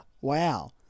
Wow